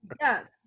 yes